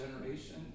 generation